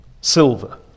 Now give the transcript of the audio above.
silver